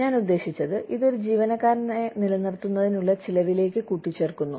ഞാൻ ഉദ്ദേശിച്ചത് ഇത് ഒരു ജീവനക്കാരനെ നിലനിർത്തുന്നതിനുള്ള ചെലവിലേക്ക് കൂട്ടിച്ചേർക്കുന്നു